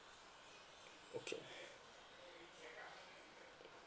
okay